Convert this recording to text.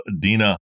Dina